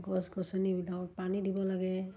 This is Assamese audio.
গছ গছনিবিলাকত পানী দিব লাগে